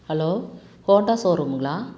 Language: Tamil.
hello Honda ஷோரூம்ங்களா